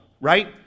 right